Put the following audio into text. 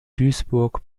duisburg